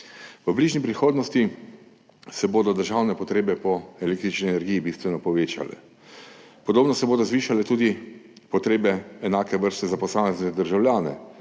V bližnji prihodnosti se bodo državne potrebe po električni energiji bistveno povečale. Podobno se bodo zvišale tudi potrebe enake vrste za posamezne državljane,